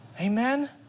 Amen